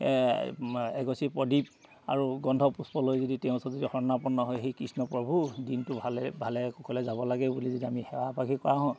এগছি প্ৰদীপ আৰু গন্ধপুষ্প লৈ যদি তেওঁ ওচৰত যদি শৰ্ণাপন্ন হয় সেই কৃষ্ণপ্ৰভু দিনটো ভালে ভালে কুশলে যাব লাগে বুলি যদি আমি সেৱা পাশী কৰা হওঁ